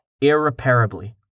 irreparably